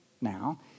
now